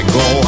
go